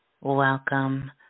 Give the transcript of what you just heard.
welcome